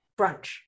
brunch